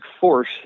force